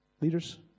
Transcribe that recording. Leaders